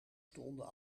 stonden